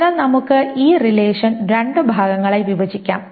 അതിനാൽ നമുക്ക് ഈ റിലേഷൻ രണ്ട് ഭാഗങ്ങളായി വിഭജിക്കാം